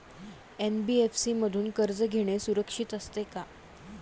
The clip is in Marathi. एन.बी.एफ.सी मधून कर्ज घेणे सुरक्षित असते का?